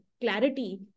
clarity